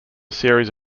series